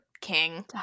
King